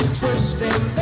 twisting